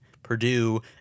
Purdue